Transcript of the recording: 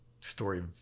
story